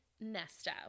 Nesta